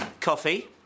coffee